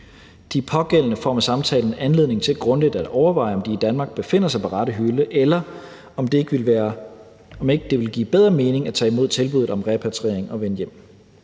De pågældende får ved samtalen anledning til grundigt at overveje, om de i Danmark befinder sig på rette hylde, eller om det ikke ville give bedre mening at tage imod tilbuddet om repatriering og vende hjem.